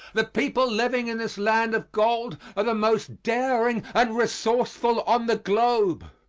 the people living in this land of gold are the most daring and resourceful on the globe.